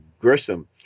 Grissom